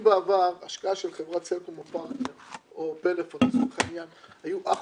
אם בעבר השקעה של חברת סלקום או פלאפון היו אך